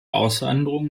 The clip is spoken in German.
auswanderung